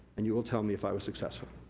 and you will tell me if i was successful.